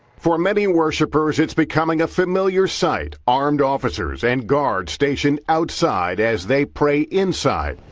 for many worshippers, it's becoming a familiar sight, armed officers and guards stationed outside as they pray inside.